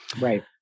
Right